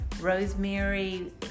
rosemary